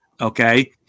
okay